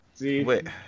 Wait